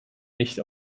nicht